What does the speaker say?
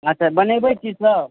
अच्छा बनेबै की सब